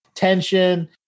Tension